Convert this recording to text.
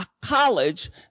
college